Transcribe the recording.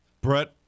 Brett